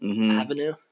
Avenue